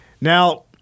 Now